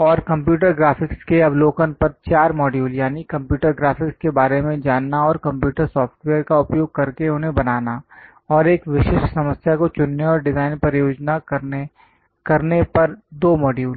और computer graphics के अवलोकन पर 4 मॉड्यूल यानी कंप्यूटर ग्राफिक्स के बारे में जानना और कंप्यूटर सॉफ्टवेयर का उपयोग करके उन्हें बनाना और एक विशिष्ट समस्या को चुनने और डिजाइन परियोजना करने पर 2 मॉड्यूल